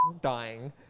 dying